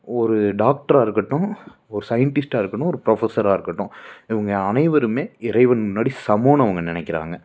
ஒரு டாக்டராக இருக்கட்டும் ஒரு சைன்டிஸ்டாக இருக்கட்டும் ஒரு ப்ரொஃபஸராக இருக்கட்டும் இவங்க அனைவருமே இறைவன் முன்னாடி சமன்னு அவங்க நினைக்கிறாங்க